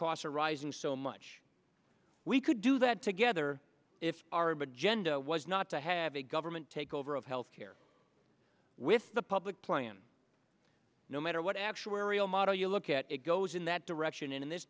costs are rising so much we could do that together if our but genda was not to have a government takeover of health care with the public plan no matter what actuarial model you look at it goes in that direction in this